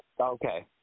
Okay